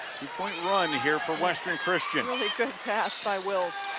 two-point run here for western christian. really good pass by wills.